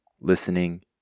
listening